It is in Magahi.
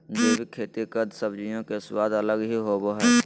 जैविक खेती कद सब्जियों के स्वाद अलग ही होबो हइ